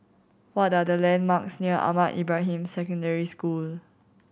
what are the landmarks near Ahmad Ibrahim Secondary School